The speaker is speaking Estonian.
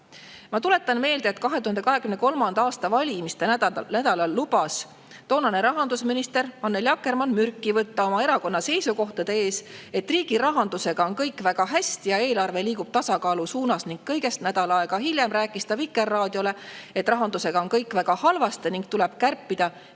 tuletan meelde, et 2023. aasta valimiste nädalal lubas toonane rahandusminister Annely Akkermann mürki võtta oma erakonna seisukohtade peale, et riigi rahandusega on kõik väga hästi ja eelarve liigub tasakaalu suunas. Kõigest nädal aega hiljem rääkis ta Vikerraadiole, et rahandusega on kõik väga halvasti ning tuleb kärpida miljardi